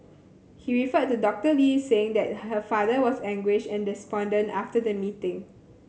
he referred to Doctor Lee saying that her father was anguished and despondent after the meeting